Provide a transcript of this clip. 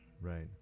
Right